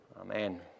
Amen